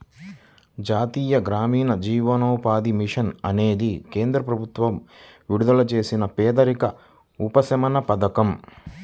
జాతీయ గ్రామీణ జీవనోపాధి మిషన్ అనేది కేంద్ర ప్రభుత్వం విడుదల చేసిన పేదరిక ఉపశమన పథకం